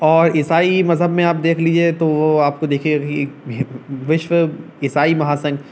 اور عیسائی مذہب میں آپ دیکھ لیجیے تو وہ آپ کو دیکھیے ابھی وشو عیسائی مہا سنگھ